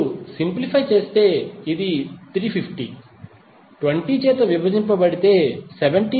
మీరు సింప్లిఫై చేస్తే ఇది 350 20 చేత విభజించబడితే 17